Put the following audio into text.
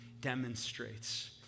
demonstrates